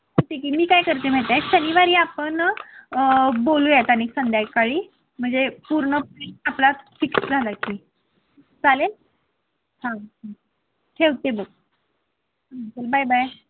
मी काय करते माहीत आहे शनिवारी आपण बोलूयात आणि एक संध्याकाळी म्हणजे पूर्ण आपला फिक्स झाला की चालेल हा ठेवते बघ बाय बाय